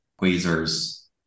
Quasar's